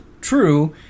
true